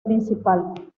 principal